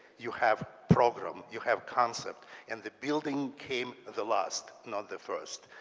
you have problem. you have concept. and the building came the last, not the first.